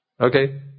Okay